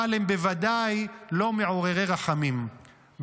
אבל הם בוודאי לא מעוררי רחמים,